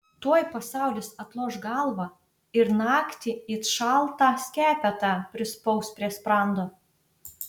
tuoj pasaulis atloš galvą ir naktį it šaltą skepetą prispaus prie sprando